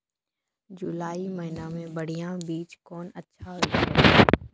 जुलाई महीने मे बढ़िया बीज कौन अच्छा होय छै?